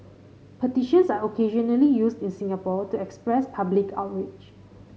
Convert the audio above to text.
petitions are occasionally used in Singapore to express public outrage